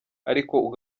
ariko